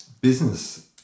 business